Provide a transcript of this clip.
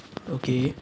okay